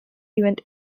event